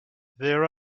there